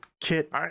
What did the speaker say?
Kit